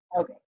Okay